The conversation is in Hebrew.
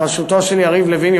בראשותו של יריב לוין,